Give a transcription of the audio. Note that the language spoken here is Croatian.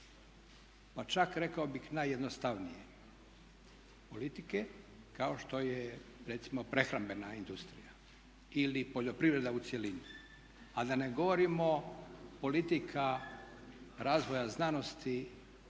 pa čak rekao bih najjednostavnije politike kao što je recimo prehrambena industrija ili poljoprivreda u cjelini, a da ne govorimo politika razvoja znanosti